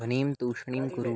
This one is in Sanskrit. ध्वनिं तूष्णीं कुरु